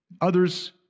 others